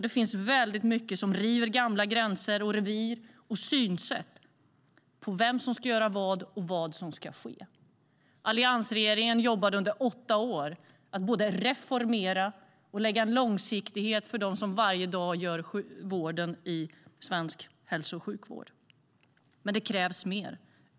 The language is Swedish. Det finns mycket som river gamla gränser och revir och synsätt på vem som ska göra vad och vad som ska ske. Alliansregeringen jobbade under åtta år med att både reformera och lägga långsiktighet för dem som varje dag utför vården i svensk hälso och sjukvård. Men det krävs mer.